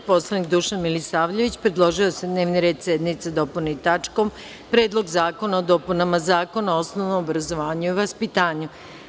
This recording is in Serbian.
Narodni poslanik Dušan Milisavljević, predložio je da se dnevni red sednice dopuni tačkom – Predlog zakona o dopunama Zakona o osnovnom obrazovanju i vaspitanju.